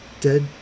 dead